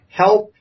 help